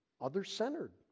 other-centered